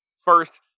first